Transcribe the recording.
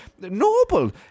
noble